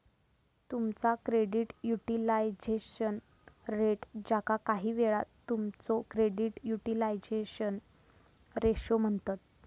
तुमचा credit utilisation rate, ज्याका काहीवेळा तुमचो क्रेडिट युटिलायझेशन रेशो म्हणतत